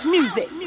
music